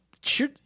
sure